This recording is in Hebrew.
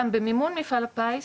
במימון מפעל הפיס,